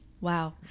Wow